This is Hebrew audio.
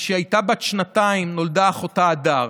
וכשהיא הייתה בת שנתיים נולדה אחותה הדר.